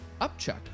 UPCHUCK